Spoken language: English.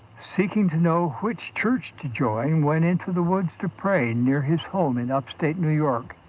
seeking to know which church to join, went into the woods to pray near his home in upstate new york,